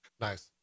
Nice